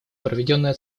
проведенное